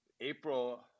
April